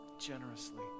generously